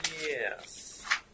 Yes